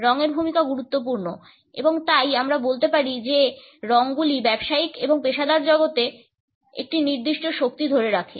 রঙের ভূমিকা গুরুত্বপূর্ণ এবং তাই আমরা বলতে পারি যে রঙগুলি ব্যবসায়িক এবং পেশাদার জগতে একটি নির্দিষ্ট শক্তি ধরে রাখে